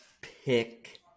pick